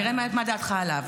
נראה מה דעתך עליו.